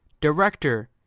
director